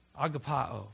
Agapao